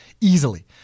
easily